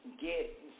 get